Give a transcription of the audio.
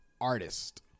artist